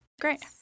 Great